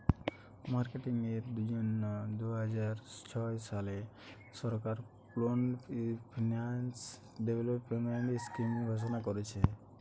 marketing এর জন্যে দুইহাজার ছয় সালে সরকার পুল্ড ফিন্যান্স ডেভেলপমেন্ট স্কিং ঘোষণা কোরেছে